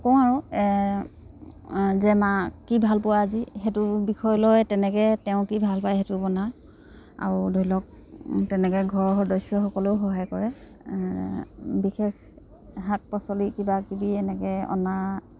কওঁ আৰু যে মা কি ভাল পোৱা আজি সেইটো বিষয় লৈ তেনেকৈ তেওঁ কি ভাল পায় সেইটো বনাওঁ আৰু ধৰি লওক তেনেকে ঘৰৰ সদস্যসকলেও সহায় কৰে বিশেষ শাক পাচলি কিবাকিবি এনেকৈ অনা